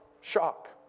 shock